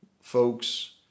folks